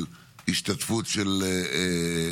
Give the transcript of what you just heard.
נמצאת איתנו?